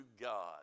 God